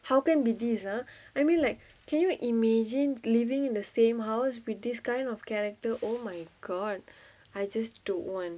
how can be this ah I mean like can you imagine living in the same house with this kind of character oh my god I just don't want